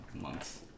months